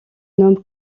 homme